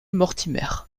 mortimer